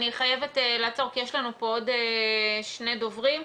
אני חייבת לעצור כי יש לנו פה עוד שני דוברים.